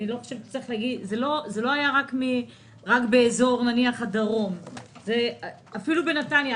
זה לא היה רק באזור הדרום, אפילו בנתניה.